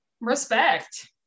respect